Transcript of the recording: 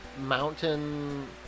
mountain